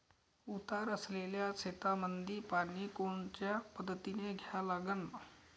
उतार असलेल्या शेतामंदी पानी कोनच्या पद्धतीने द्या लागन?